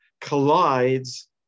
collides